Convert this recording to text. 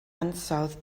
ansawdd